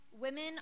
Women